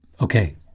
Okay